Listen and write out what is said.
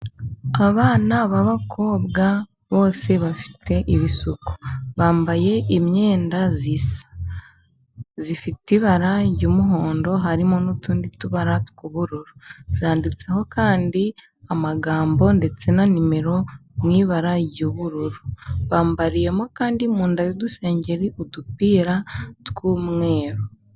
Abana b'abakobwa bose bafite ibisuko. Bambaye imyenda isa, ifite ibara ry'umuhondo harimo n'utundi tubara tw'ubururu. Yanditseho kandi amagambo ndetse na nimero mu ibara ry'ubururu. Bambariyemo kandi mu nda y'udusengeri udupira tw'umweru.